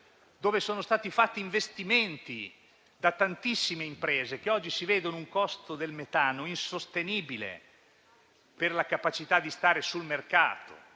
dove sono stati fatti investimenti da tantissime imprese che oggi si vedono un costo del metano insostenibile per la capacità di stare sul mercato.